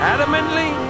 Adamantly